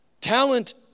Talent